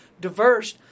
diverse